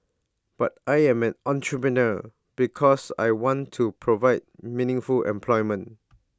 but I'm an entrepreneur because I want to provide meaningful employment